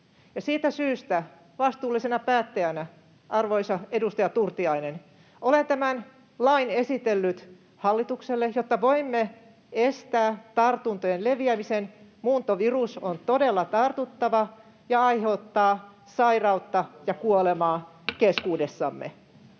Siitä syystä vastuullisena päättäjänä, arvoisa edustaja Turtiainen, olen tämän lain esitellyt hallitukselle, jotta voimme estää tartuntojen leviämisen. Muuntovirus on todella tartuttava ja aiheuttaa sairautta ja kuolemaa keskuudessamme.